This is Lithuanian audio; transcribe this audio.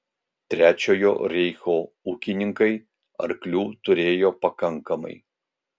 trečiojo reicho ūkininkai arklių turėjo pakankamai